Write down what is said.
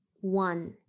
One